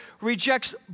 rejects